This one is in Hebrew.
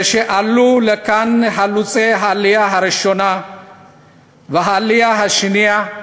כשעלו לכאן חלוצי העלייה הראשונה והעלייה השנייה,